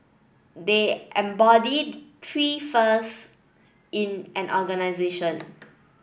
they embody three first in an organization